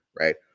right